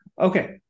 Okay